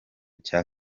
cya